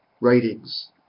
writings